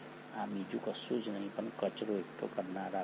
આ બીજું કશું જ નહીં પણ કચરો એકઠો કરનારાઓ છે